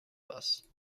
bus